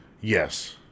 Yes